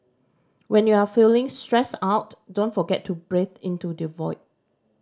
when you are feeling stressed out don't forget to breathe into the void